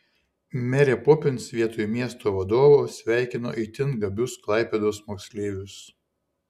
merė popins vietoj miesto vadovo sveikino itin gabius klaipėdos moksleivius